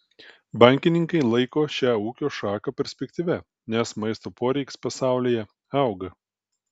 bankininkai laiko šią ūkio šaką perspektyvia nes maisto poreikis pasaulyje auga